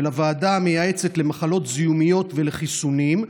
הוועדה המייעצת למחלות זיהומיות ולחיסונים,